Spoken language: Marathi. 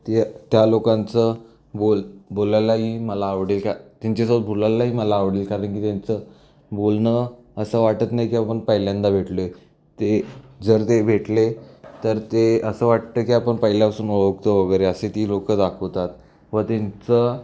त्या त्या लोकांचं बोल बोलायलाही मला आवडेल त्या त्यांच्यासोबत बोलायलाही मला आवडेल कारण की त्यांचं बोलणं असं वाटत नाही की आपण पहिल्यांदा भेटलो आहे ते जर ते भेटले तर ते असं वाटतं की आपण पहिल्यापासून ओळखतो वगैरे अशी ती लोक दाखवतात व त्यांचं